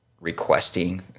requesting